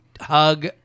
hug